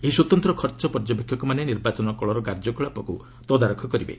ଏହି ସ୍ୱତନ୍ତ୍ର ପର୍ଯ୍ୟବେକ୍ଷକମାନେ ନିର୍ବାଚନ କଳର କାର୍ଯ୍ୟକଳାପକୁ ତଦାରଖ କରିବେ